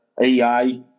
AI